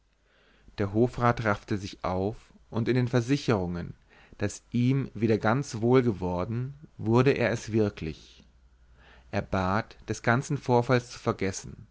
der hofrat raffte sich auf und in den versicherungen daß ihm wieder ganz wohl geworden wurde er es wirklich er bat des ganzen vorfalls zu vergessen